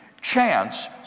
chance